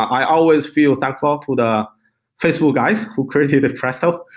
i always feel thankful to the facebook guys who created presto.